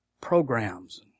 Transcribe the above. programs